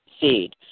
seed